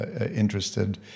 interested